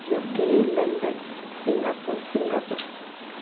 UK London Singapore Singapore